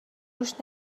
روش